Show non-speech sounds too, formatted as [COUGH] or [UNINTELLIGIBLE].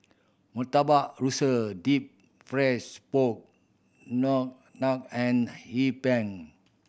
Murtabak Rusa deep frieds pork [UNINTELLIGIBLE] and Hee Pan